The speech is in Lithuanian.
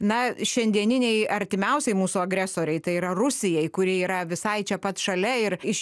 na šiandieninei artimiausiai mūsų agresorei tai yra rusijai kuri yra visai čia pat šalia ir iš